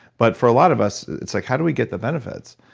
but for a lot of us it's like, how do we get the benefits?